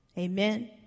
Amen